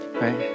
right